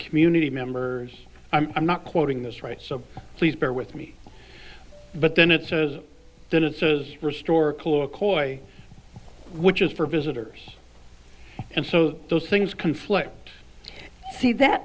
community members i'm not quoting this right so please bear with me but then it says that it says restore caloric ois which is for visitors and so those things conflict see that